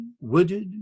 wooded